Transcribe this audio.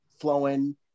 flowing